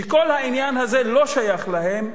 שכל העניין הזה לא שייך להם,